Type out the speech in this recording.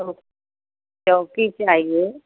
चौकी चाहिए